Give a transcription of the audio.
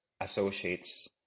associates